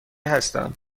هستم